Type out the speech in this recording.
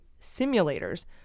simulators